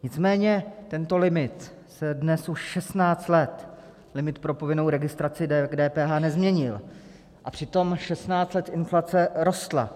Nicméně tento limit se dnes už 16 let, limit pro povinnou registraci k DPH, nezměnil, a přitom 16 let inflace rostla.